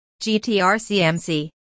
GTRCMC